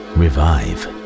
revive